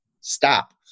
Stop